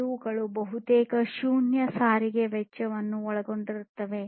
ಇವುಗಳು ಬಹುತೇಕ ಶೂನ್ಯ ಸಾರಿಗೆ ವೆಚ್ಚವನ್ನು ಒಳಗೊಂಡಿರುತ್ತದೆ